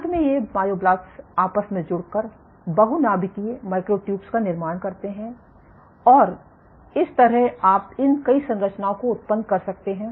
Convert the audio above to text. अंत में ये मायोब्लास्ट्स आपस में जुड़कर बहुनाभिकीय मायोट्यूब्स का निर्माण करते है और इस तरह आप इन कई संरचनाओं को उत्पन्न कर सकते हैं